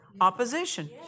opposition